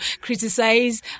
criticize